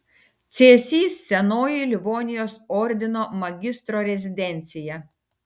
cėsys senoji livonijos ordino magistro rezidencija